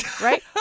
right